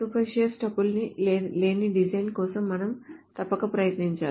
spurious tuples లేని design కోసం మనం తప్పక ప్రయత్నించాలి